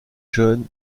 jeune